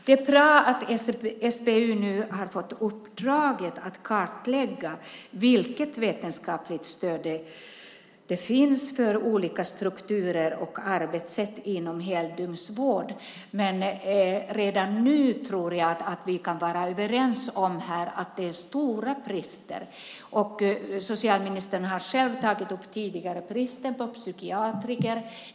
Det är bra att SBU nu har fått uppdraget att kartlägga vilket vetenskapligt stöd som finns för olika strukturer och arbetssätt inom heldygnsvård. Men redan nu tror jag att vi kan vara överens om här att det är stora brister. Socialministern har själv tidigare tagit upp bristen på psykiatrer.